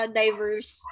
diverse